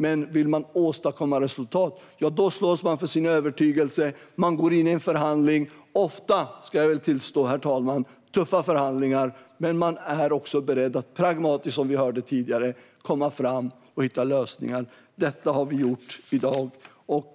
Men vill man åstadkomma resultat, då slåss man för sin övertygelse och går in i en förhandling. Ofta, ska jag tillstå, herr talman, är det tuffa förhandlingar. Men man är också beredd att pragmatiskt, som vi hörde tidigare, komma framåt och hitta lösningar. Detta har vi gjort i dag.